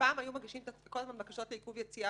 פעם היו מגישים כל הזמן בקשות לעיכוב יציאה